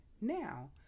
now